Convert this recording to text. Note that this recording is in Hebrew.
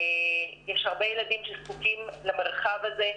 יש הרבה ילדים שזקוקים למרחב הזה,